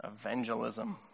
evangelism